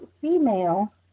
female